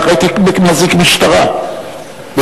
הייתי מזעיק משטרה,